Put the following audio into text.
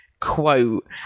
quote